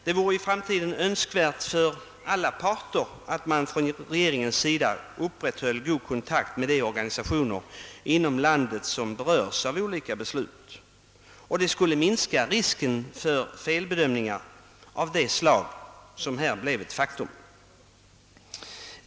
Det vore i framtiden önskvärt för alla parter att man från regeringens sida upprätthöll god kontakt med de organisationer inom landet som berörs av olika beslut. Det skulle minska risken för felbedömningar av det slag som här blev ett faktum.